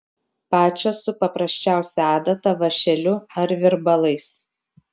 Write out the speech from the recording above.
pačios su paprasčiausia adata vąšeliu ar virbalais